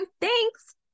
thanks